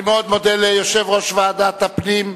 אני מודה ליושב-ראש ועדת הפנים,